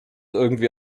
irgendwie